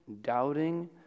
doubting